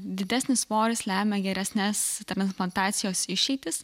didesnis svoris lemia geresnes transplantacijos išeitis